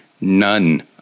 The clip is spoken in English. none